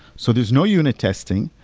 so there's no unit testing,